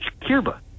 cuba